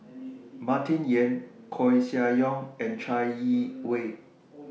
Martin Yan Koeh Sia Yong and Chai Yee Wei